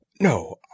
no